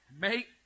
Make